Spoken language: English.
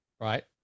Right